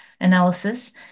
analysis